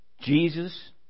Jesus